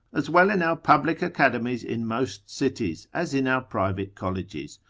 as well in our public academies in most cities, as in our private colleges?